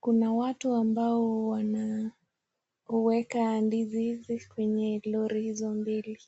Kuna watu ambao wanaweka ndizi kwenye lori hizo mbili.